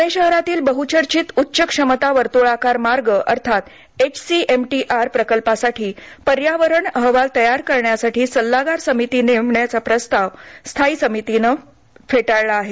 प्णे शहरातील बहुचर्चित उच्च क्षमता वर्तुळाकार मार्ग अर्थात एचसीएमटीआर प्रकल्पासाठी पर्यावरण अहवाल तयार करण्यासाठी सल्लागार नेमण्याचा प्रस्ताव स्थायी समितीने फेटाळला आहे